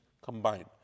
combined